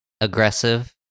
aggressive